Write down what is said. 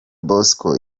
bosco